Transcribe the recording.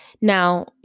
Now